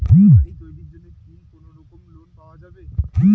বাড়ি তৈরির জন্যে কি কোনোরকম লোন পাওয়া যাবে?